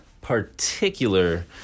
particular